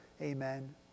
amen